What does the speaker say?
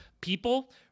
people